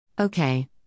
Okay